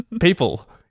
People